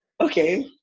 okay